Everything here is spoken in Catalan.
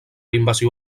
invasió